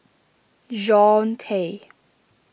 Jean Tay